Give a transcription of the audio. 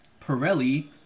Pirelli